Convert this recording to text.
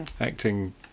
acting